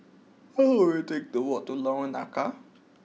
how long will it take to walk to Lorong Nangka